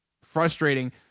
frustrating